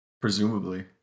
Presumably